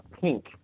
Pink